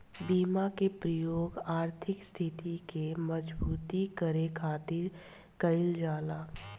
बीमा के प्रयोग आर्थिक स्थिति के मजबूती करे खातिर कईल जाला